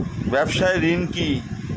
ব্যবসায় ঋণ কি?